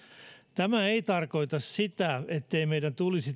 tämä ei tarkoita sitä ettei meidän tulisi